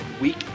week